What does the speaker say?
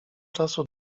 czasu